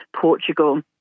Portugal